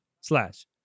slash